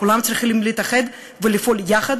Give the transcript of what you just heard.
כולם צריכים להתאחד ולפעול יחד